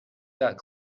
got